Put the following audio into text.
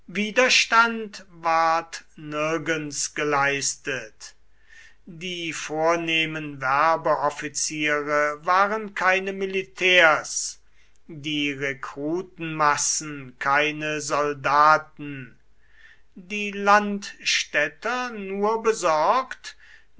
widerstand ward nirgends geleistet die vornehmen werbeoffiziere waren keine militärs die rekrutenmassen keine soldaten die landstädter nur besorgt